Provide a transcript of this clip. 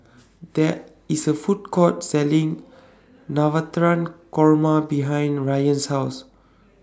There IS A Food Court Selling Korma behind Ryann's House